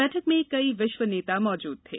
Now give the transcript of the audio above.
बैठक में कई विश्व नेता मौजुद थे